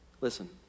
Listen